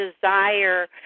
desire